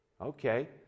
Okay